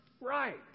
right